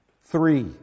Three